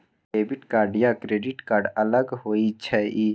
Debit card या credit card अलग होईछ ई?